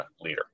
leader